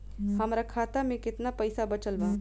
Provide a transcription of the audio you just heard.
हमरा खाता मे केतना पईसा बचल बा?